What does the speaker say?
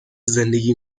زندگی